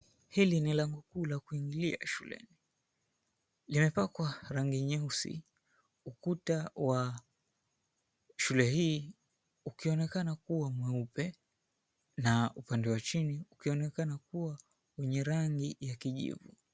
Hili ni lango kuu la kuingilia shule. Limepakwa rangi nyeusi. Ukuta wa shule hii ukionekana kuwa mweupe na upande wa chini, kukionekana kuwa wenye rangi ya kijivu.